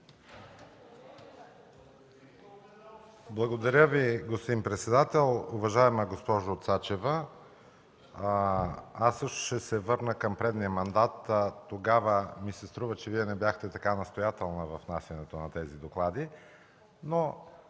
Благодаря Ви, господин председател. Уважаема госпожо Цачева, аз също ще се върна към предния мандат. Тогава ми се струва, че Вие не бяхте така настоятелна във внасянето на тези доклади,